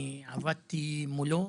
אני עבדתי מולו.